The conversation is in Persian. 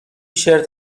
شرت